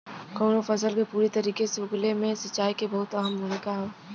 कउनो फसल के पूरी तरीके से उगले मे सिंचाई के बहुते अहम भूमिका हौ